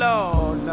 Lord